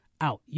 Out